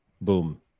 boom